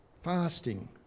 fasting